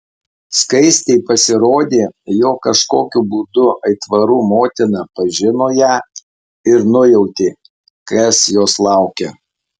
skaistei pasirodė jog kažkokiu būdu aitvarų motina pažino ją ir nujautė kas jos laukia